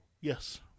Yes